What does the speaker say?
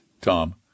Tom